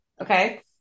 Okay